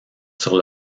sur